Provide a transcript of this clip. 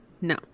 No